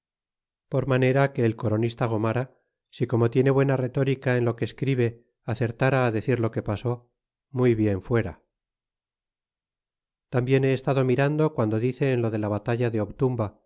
por manera que el coronista gomara si como tiene buena retórica en lo que escribe acertara decir lo que pasó muy bien fuera tambien he estado mirando guando dice en lo de la batalla de obtumba